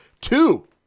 two